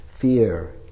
fear